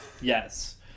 Yes